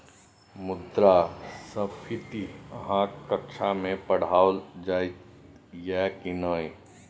मुद्रास्फीति अहाँक कक्षामे पढ़ाओल जाइत यै की नै?